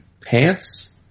pants